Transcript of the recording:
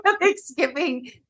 Thanksgiving